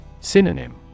Synonym